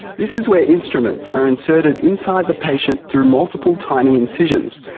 this is where instruments are inserted inside the patient through multiple tiny incisions,